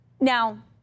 now